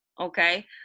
okay